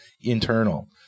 internal